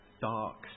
dark